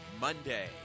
Monday